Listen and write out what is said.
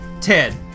Ted